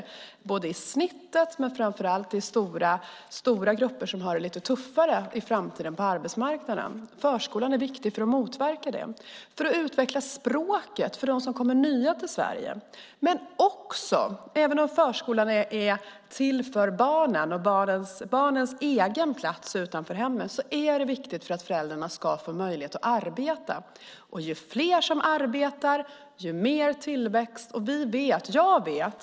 Det gäller både snittet och, framför allt, de stora grupper som i framtiden får det lite tuffare på arbetsmarknaden. Förskolan är viktig för att motverka detta och för att utveckla språket när det gäller de nya som kommer till Sverige. Förskolan är till för barnen och är barnens egen plats utanför hemmet. Men förskolan är också viktig för att föräldrarna ska få möjlighet att arbeta. Ju fler som arbetar, desto mer tillväxt blir det.